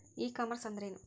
E commerce ಅಂದ್ರೇನು?